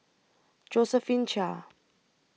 Josephine Chia